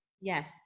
Yes